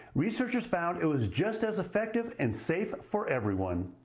researchers found it was just as effective and safe for everyone.